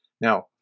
Now